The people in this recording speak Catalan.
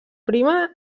prima